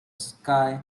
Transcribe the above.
sky